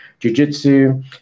jujitsu